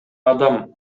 адам